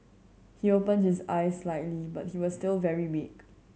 he opened his eyes slightly but he was still very weak